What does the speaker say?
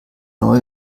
neu